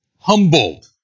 humbled